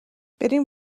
بریم